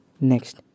Next